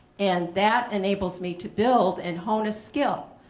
and that enables me to build and hone a skill.